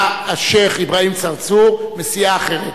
היה השיח' אברהים צרצור מסיעה אחרת.